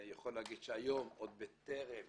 היום, עוד בטרם